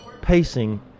pacing